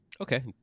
Okay